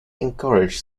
encourage